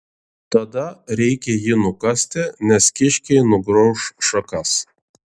tada reikia jį nukasti nes kiškiai nugrauš šakas